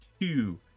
two